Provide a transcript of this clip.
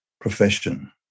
profession